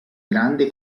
grande